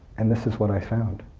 and this is what i found.